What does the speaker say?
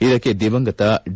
ಇದಕ್ಕೆ ದಿವಂಗತ ಡಿ